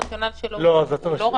הרציונל שלו הוא לא רק תפעולי.